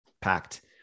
packed